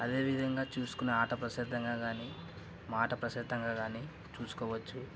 అదేవిధంగా చూసుకునే ఆట ప్రసిద్ధంగా గానీ మాట ప్రసిద్ధంగా గానీ చూసుకోవచ్చు